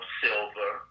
silver